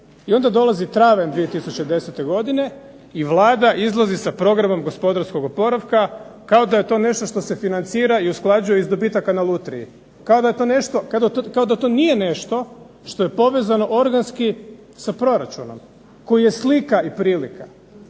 I onda dolazi travanj 2010. godine i Vlada izlazi sa programom gospodarskog oporavka, kao da je to nešto što se financira i usklađuje iz dobitaka na Lutriji. Kao da to nije nešto što je povezano organski sa proračunom, koji je slika i prilika